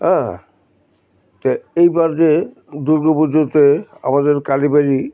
হ্যাঁ ত এইবার যে দুর্গা পুজোতে আমাদের কালীবাড়ি